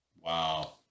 wow